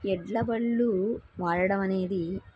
ఎడ్ల బళ్ళు వాడడం అనేది